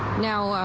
now,